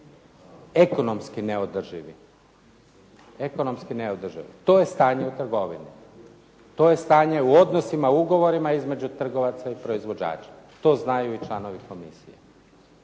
ekonomski neodrživi. To je stanje u trgovini. To je stanje u odnosima ugovorima između trgovaca i proizvođača. To znaju i članovi komisije.